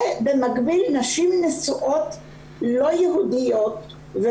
מדובר בנשים נשואות לא יהודיות,